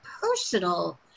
personal